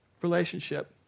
relationship